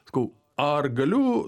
sakau ar galiu